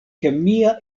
kemia